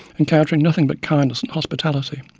encountering nothing but kindness and hospitality,